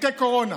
חוקי קורונה.